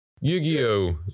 Yu-Gi-Oh